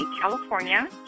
California